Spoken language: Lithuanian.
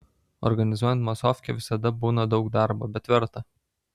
organizuojant masofkę visada būna daug darbo bet verta